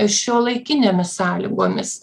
šiuolaikinėmis sąlygomis